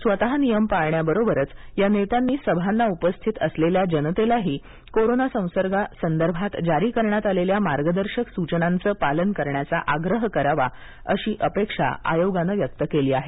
स्वत नियम पाळण्याबरोबरच या नेत्यांनी सभांना उपस्थित असलेल्या जनतेलाही कोरोना संसर्गासंदर्भात जारी करण्यात आलेल्या मार्गदर्शक सूचनांचं पालन करण्याचा आग्रह करावा अशी अपेक्षा आयोगानं व्यक्त केली आहे